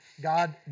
God